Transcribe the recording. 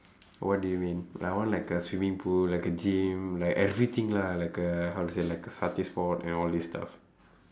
what do you mean like I want like a swimming pool like a gym like everything lah like a how to say like a satay spot and all these stuff